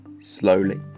slowly